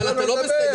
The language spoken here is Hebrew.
אבל אתה לא בסדר,